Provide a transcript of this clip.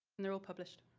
and they're all published.